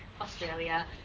Australia